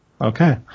Okay